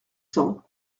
cents